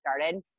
started